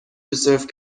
reserve